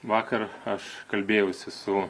vakar aš kalbėjausi su